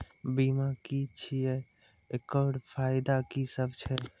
बीमा की छियै? एकरऽ फायदा की सब छै?